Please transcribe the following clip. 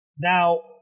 Now